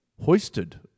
hoisted